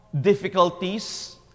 difficulties—